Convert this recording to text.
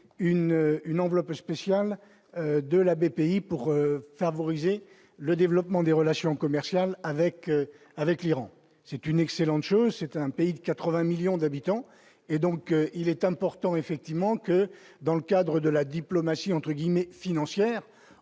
une enveloppe spéciale de la BPI pour favoriser le développement des relations commerciales avec avec l'Iran, c'est une excellente chose, c'est un pays de 80 millions d'habitants, et donc il est important effectivement que dans le cadre de la diplomatie, entre guillemets, financière,